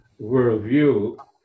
worldview